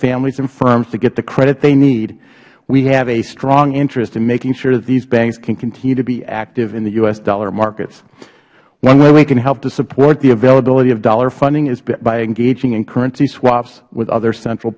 families and firms to get the credit they had need we have a strong interest in making sure that these banks can continue to be active in the u s dollar markets one way we can help to support the availability of dollar funding is by engaging in currency swaps with other central